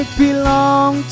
belong